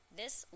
This